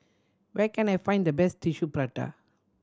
where can I find the best Tissue Prata